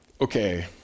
Okay